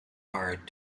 hard